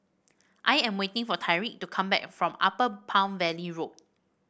I am waiting for Tyrique to come back from Upper Palm Valley Road